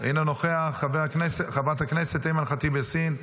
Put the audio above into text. אינו נוכח, חברת הכנסת אימאן ח'טיב יאסין,